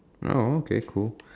oh okay cool